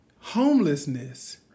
homelessness